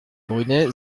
brunet